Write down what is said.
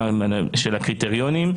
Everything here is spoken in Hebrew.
עם הקריטריונים,